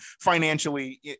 financially